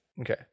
Okay